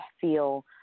feel